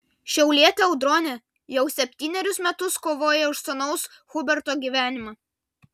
šiaulietė audronė jau septynerius metus kovoja už sūnaus huberto gyvenimą